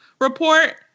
report